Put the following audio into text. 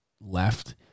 left